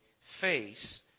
face